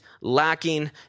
lacking